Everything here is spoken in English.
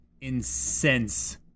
incense